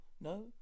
No